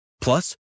Plus